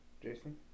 Jason